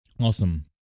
awesome